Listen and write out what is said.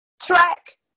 track